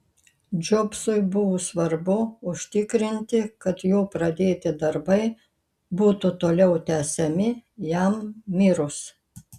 džobsui buvo svarbu užtikrinti kad jo pradėti darbai būtų toliau tęsiami jam mirus